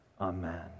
Amen